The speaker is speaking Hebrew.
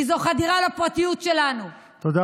כי זו חדירה לפרטיות שלנו, תודה רבה.